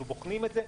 אנחנו בוחנים את זה,